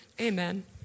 Amen